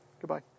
Goodbye